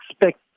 expect